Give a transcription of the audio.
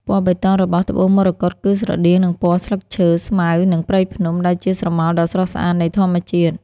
ពណ៌បៃតងរបស់ត្បូងមរកតគឺស្រដៀងនឹងពណ៌ស្លឹកឈើ ស្មៅ និងព្រៃភ្នំ ដែលជាស្រមោលដ៏ស្រស់ស្អាតនៃធម្មជាតិ។